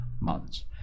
months